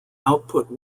output